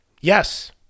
Yes